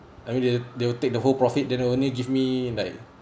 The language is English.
I mean they they will take the whole profit then only give me like